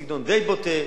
סגנון די בוטה,